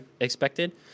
expected